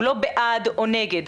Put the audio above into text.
הוא לא בעד או נגד,